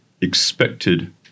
expected